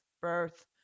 birth